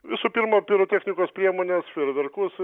visų pirma pirotechnikos priemones fejerverkus